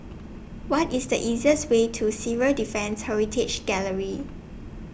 What IS The easiest Way to Civil Defence Heritage Gallery